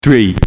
Three